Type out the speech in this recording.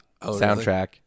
soundtrack